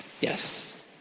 Yes